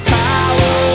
power